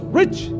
rich